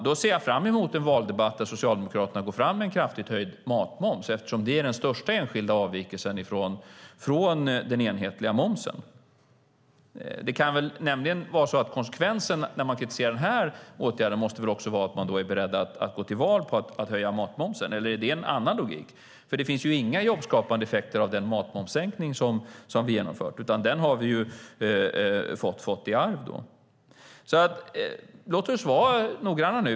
Då ser jag fram emot en valdebatt där Socialdemokraterna går fram med en kraftigt höjd matmoms, eftersom det är den största enskilda avvikelsen från den enhetliga momsen. Konsekvensen när man kritiserar den här åtgärden måste väl vara att man också är beredd att gå till val på att höja matmomsen, eller råder det en annan logik när det gäller den? Det finns ju inga jobbskapande effekter av den matmomssänkning som vi genomfört, utan den har vi fått i arv. Låt oss vara noggranna.